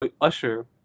usher